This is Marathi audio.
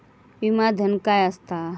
विमा धन काय असता?